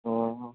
ও